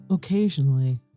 Occasionally